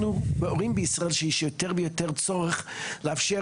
אנחנו אומרים בישראל שיש יותר ויותר צורך לאפשר